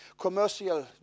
commercial